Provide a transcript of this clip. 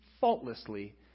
faultlessly